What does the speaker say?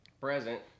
Present